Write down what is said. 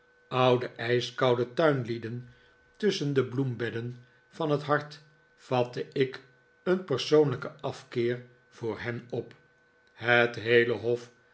oude ijskoude tuinlieden tusschen de bloembedden van het hart vatte ik een persoonlijken afkeer voor hen op het heele hof